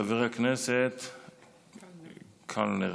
וחבר הכנסת קלנר,